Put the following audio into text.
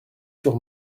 sur